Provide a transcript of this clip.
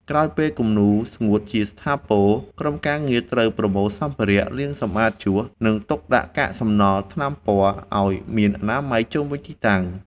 ក្រោយពេលគំនូរស្ងួតជាស្ថាពរ ក្រុមការងារត្រូវប្រមូលសម្ភារៈ លាងសម្អាតជក់ និងទុកដាក់កាកសំណល់ថ្នាំពណ៌ឱ្យមានអនាម័យជុំវិញទីតាំង។